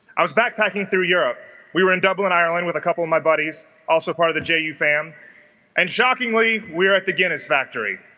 i was backpacking through europe we were in dublin ireland with a couple of my buddies also part of the ju fam and shockingly we're at the guinness factory